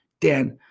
Dan